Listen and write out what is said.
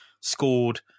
scored